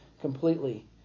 completely